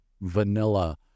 vanilla